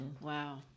Wow